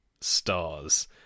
stars